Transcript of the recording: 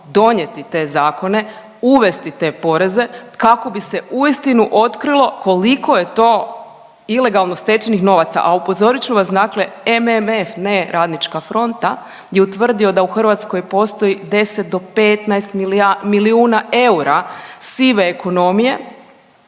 donijeti te zakone, uvesti te poreze kako bi se uistinu otkrilo koliko je to ilegalno stečenih novaca. A upozorit ću vas dakle MMF, ne RF, je utvrdio da u Hrvatskoj postoji 10 do 15 milijuna eura sive ekonomije,